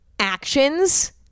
actions